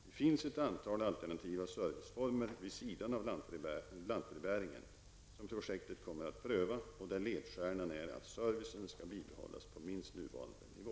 Det finns ett antal alternativa serviceformer -- vid sidan av lantbrevbäringen -- som projektet kommer att pröva och där ledstjärnan är att servicen skall bibehållas på minst nuvarande nivå.